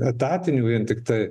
etatinių vien tiktai